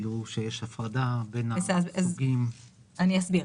אני אסביר: